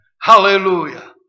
Hallelujah